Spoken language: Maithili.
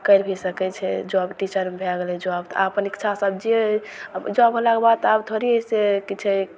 करि भी सकै छै जॉब टीचरमे भै गेलै जॉब तऽ आब अपन इच्छासे आब जे जॉब होलाके बाद आब थोड़े से कि छै